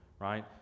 right